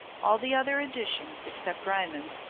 all the other editions, except riemann's,